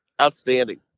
Outstanding